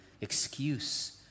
excuse